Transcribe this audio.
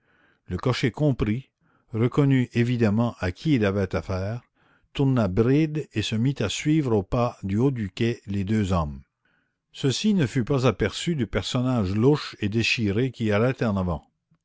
le cocher comprit reconnut évidemment à qui il avait affaire tourna bride et se mit à suivre au pas du haut du quai les deux hommes ceci ne fut pas aperçu du personnage louche et déchiré qui